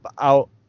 out